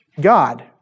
God